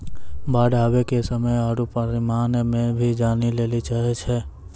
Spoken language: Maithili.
बाढ़ आवे के समय आरु परिमाण भी जाने लेली चाहेय छैय?